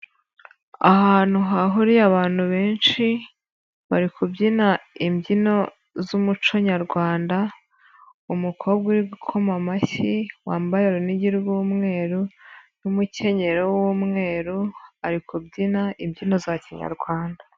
Ahantu hahuriye abantu benshi bari kubyina imbyino z'umuco nyarwanda, umukobwa uri gukoma amashyi wambaye urunigi rw'umweru n'umukenyero w'umweru, ari kubyina imbyino za kinyarwanda.